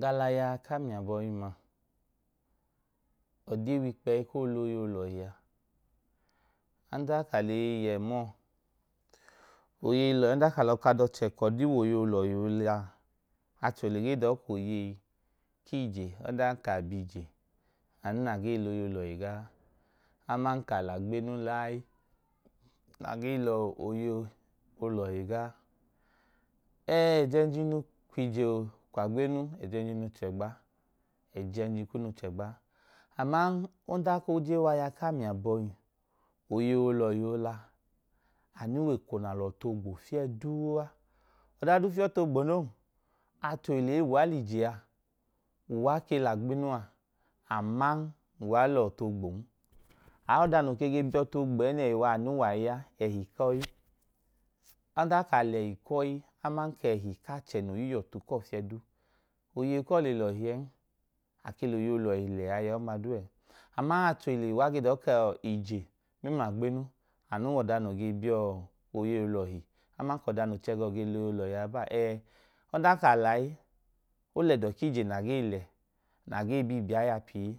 Ga laya kami abọima, ọdi w’ikpẹyi k’oloyei ohọhia? Adanka leyi yẹ mọọ ouei lọhi odan ka l’ọka dọchẹ k’ọdi w’oyeyi olọhi olaa, achohile ge dọọ k’oyeyi k’ije, odan ka biije anu naa ge lyeyi olọhi gaa, aman kalagbe nu layi na gee lọ oyeyi olohi gaa. Ẹ ẹjẹnjinu kwije o kw’agbenu ejenjinu chẹgba, ẹjẹnji kunu chegb aman odan oje waya kami aboim, oyey olọhi ola anu weko n’alọtu ogbo fieduu. Ọdaduu giọtu ogbo non. Achohile e uwa, lije a uwa kel’agben a aman uwa l’ọtu ogbon. Aọda no ke ge biọtu oogbo ẹinẹhi wa anu w’ayi a ẹhi k’oyi. Ọdan ka l’ehi k’oyi aman k’ẹhi k’achẹ no y’ihọtu kuwo̱ fiẹdu oyei kuwo le l’ọhieen ake loyei olọhi le aya ọma duuẹ aman achohile uwa ge dọọ kọọ ije mẹml’agbenu anu w’ọda noo ge biọọ oyeyo olọhi aman kọda noo ge chẹ ga ge loyei olohi a yọbọa ẹ odan ka layi olẹdọ kije ma gee le na gee biibiyai a pii.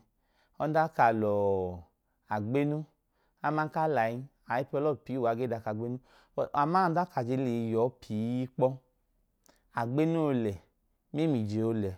Ọdan ka lọọ. Agbenu aman k’alayin aipọluo pii uwa ge dọka agbenu aman ọdan ka je leyi yọọ pii kpọ, agbenu olẹ mẹm’ije ole.